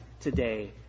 today